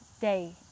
day